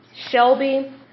Shelby